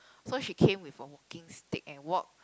so she came with a walking stick and walk